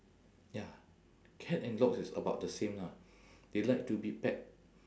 ya cat and dog it's about the same lah they like to be pet